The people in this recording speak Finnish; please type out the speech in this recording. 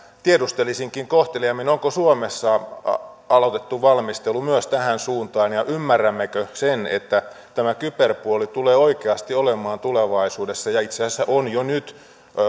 tiedustelisinkin kohteliaimmin onko suomessa aloitettu valmistelu myös tähän suuntaan ymmärrämmekö sen että tämä kyberpuoli tulee oikeasti olemaan tulevaisuudessa ja itse asiassa on jo nyt